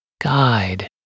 guide